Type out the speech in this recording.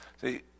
See